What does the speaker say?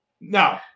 No